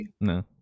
no